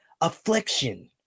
affliction